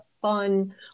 fun